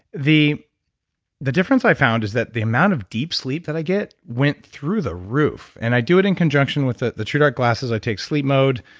the the difference i found was that the amount of deep sleep that i get went through the roof, and i do it in conjunction with the the true dark glasses, i take sleep mode.